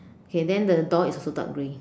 okay then the door is also dark grey